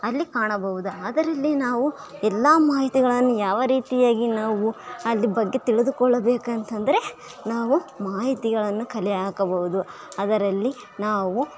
ಅಲ್ಲಿ ಕಾಣಬಹುದು ಅದರಲ್ಲಿ ನಾವು ಎಲ್ಲ ಮಾಹಿತಿಗಳನ್ನು ಯಾವ ರೀತಿಯಾಗಿ ನಾವು ಅದ್ರ ಬಗ್ಗೆ ತಿಳಿದುಕೊಳ್ಳಬೇಕೆಂತಂದರೆ ನಾವು ಮಾಹಿತಿಗಳನ್ನು ಕಲೆ ಹಾಕಬಹುದು ಅದರಲ್ಲಿ ನಾವು